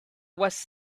was